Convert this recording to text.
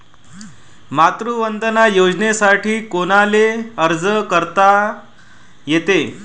मातृवंदना योजनेसाठी कोनाले अर्ज करता येते?